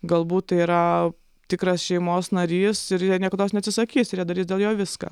galbūt tai yra tikras šeimos narys ir jie niekados neatsisakys ir jie darys dėl jo viską